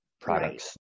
products